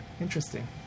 Interesting